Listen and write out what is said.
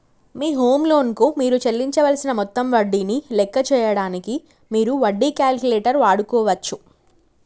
మీ home loan కు మీరు చెల్లించవలసిన మొత్తం వడ్డీని లెక్క చేయడానికి మీరు వడ్డీ క్యాలిక్యులేటర్ వాడుకోవచ్చు